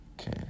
Okay